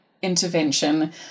intervention